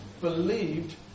believed